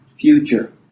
Future